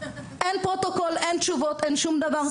אין פרוטוקול, אין תשובות, אין שום דבר.